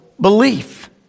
belief